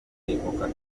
epoca